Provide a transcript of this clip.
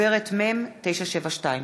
חוברת מ/972.